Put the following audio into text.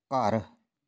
ਘਰ